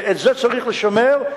ואת זה צריך לשמר.